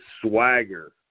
swagger